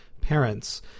parents